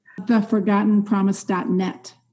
Theforgottenpromise.net